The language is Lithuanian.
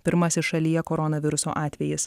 pirmasis šalyje koronaviruso atvejis